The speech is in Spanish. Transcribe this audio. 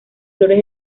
flores